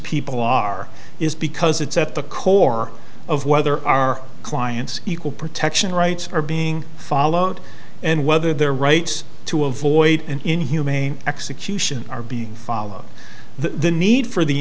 people are is because it's at the core of whether our clients equal protection rights are being followed and whether their rights to avoid an inhumane execution are being followed the need for the